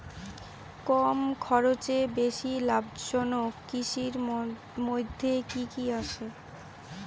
কম খরচে বেশি লাভজনক কৃষির মইধ্যে কি কি আসে?